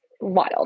wild